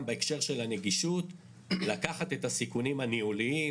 תמיד בהכרח המבנים שבהם נמצאים הילדים הם מבנים שהמדינה בנתה אותם.